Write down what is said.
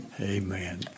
Amen